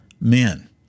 men